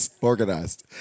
organized